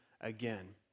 again